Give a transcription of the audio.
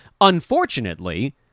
Unfortunately